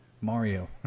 Mario